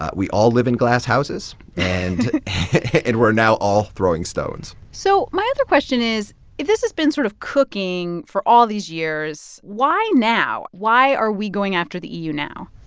ah we all live in glass houses and and we're now all throwing stones so my other question is, if this has been sort of cooking for all these years, why now? why are we going after the eu now?